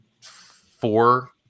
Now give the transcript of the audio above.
four